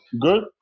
Good